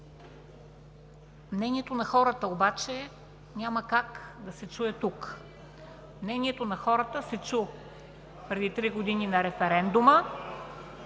Мнението на хората обаче няма как да се чуе тук. Мнението на хората се чу преди три години на референдума,